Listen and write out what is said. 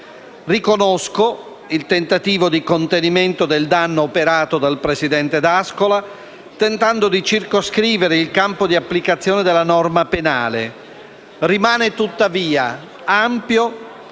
Riconosco il tentativo di contenimento del danno operato dal presidente D'Ascola, tentando di circoscrivere il campo di applicazione della norma penale. Rimane, tuttavia, ampio